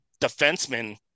defenseman